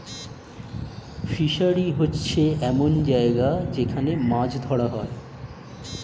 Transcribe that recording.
fishery হচ্ছে এমন জায়গা যেখান মাছ ধরা হয়